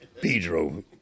Pedro